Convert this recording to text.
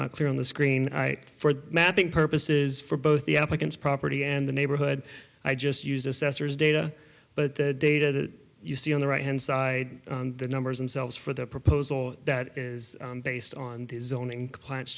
not clear on the screen for mapping purposes for both the applicants property and the neighborhood i just used assessors data but the data that you see on the right hand side the numbers themselves for the proposal that is based on the zoning clients